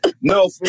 No